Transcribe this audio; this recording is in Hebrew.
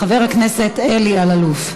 חבר הכנסת אלי אלאלוף.